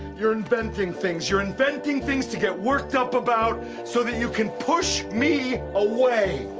you're inventing things, you're inventing things to get worked up about so that you can push me away,